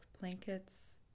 blankets